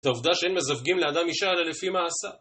זו עובדה שאין מזווגים לאדם אשה, אלא לפי מעשיו